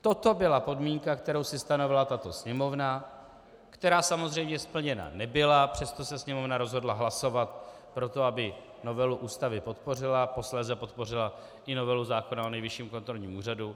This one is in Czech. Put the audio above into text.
Toto byla podmínka, kterou si stanovila tato Sněmovna, která samozřejmě splněna nebyla, přesto se Sněmovna rozhodla hlasovat pro to, aby novelu Ústavy podpořila, posléze podpořila i novelu zákona o Nejvyšším kontrolním úřadu.